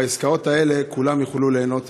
בעסקאות האלה כולם יוכלו ליהנות.